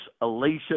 Alicia